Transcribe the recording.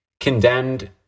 condemned